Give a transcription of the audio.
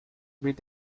with